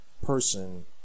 Person